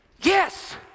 Yes